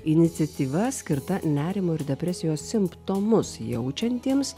iniciatyva skirta nerimo ir depresijos simptomus jaučiantiems